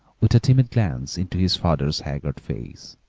with a timid glance into his father's haggard face.